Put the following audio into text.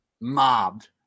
mobbed